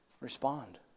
Respond